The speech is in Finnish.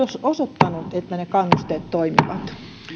osoittanut että ne kannusteet toimivat